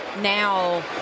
now